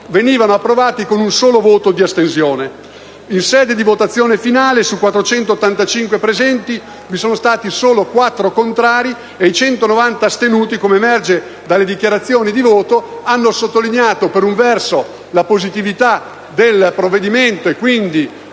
venivano approvati con un solo voto di astensione. In sede di votazione finale, su 485 presenti, vi sono stati solo quattro contrari e 190 astenuti, come emerge dalle dichiarazioni di voto, che hanno sottolineato, per un verso la positività del provvedimento, e quindi